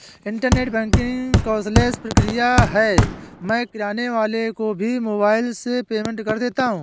internet banking cashless प्रक्रिया है मैं किराने वाले को भी मोबाइल से पेमेंट कर देता हूँ